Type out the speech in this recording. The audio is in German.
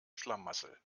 schlamassel